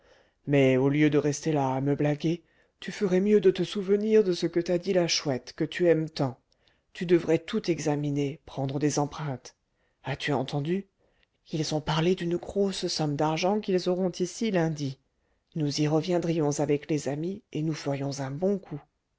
mais au lieu de rester là à me blaguer tu ferais mieux de te souvenir de ce que t'a dit la chouette que tu aimes tant tu devrais tout examiner prendre des empreintes as-tu entendu ils ont parlé d'une grosse somme d'argent qu'ils auront ici lundi nous y reviendrions avec les amis et nous ferions un bon coup